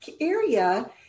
area